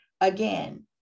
again